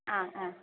ആ ആ